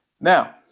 Now